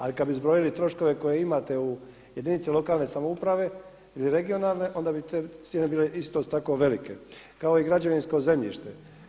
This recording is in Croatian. Ali kad bi zbrojili troškove koje imate u jedinicama lokalne samouprave ili regionalne, onda bi te cijene bile isto tako velike, kao i građevinsko zemljište.